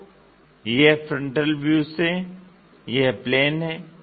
तो यह frontal view से यह प्लेन है